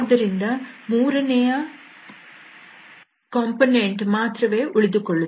ಆದ್ದರಿಂದ ಮೂರನೇ ಕಾಂಪೊನೆಂಟ್ ಮಾತ್ರವೇ ಉಳಿದುಕೊಳ್ಳುತ್ತದೆ